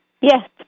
Yes